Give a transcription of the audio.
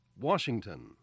Washington